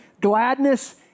gladness